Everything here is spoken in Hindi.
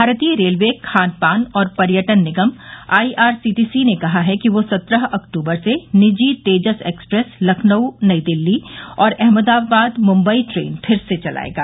भारतीय रेलवे खानपान और पर्यटन निगम आईआरसीटीसी ने कहा है कि वह सत्रह अक्टूबर से निजी तेजस एक्सप्रैस लखनऊ नई दिल्ली और अहमदाबाद मुम्बई ट्रेन फिर से चलाएगा